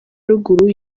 ruguru